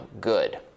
good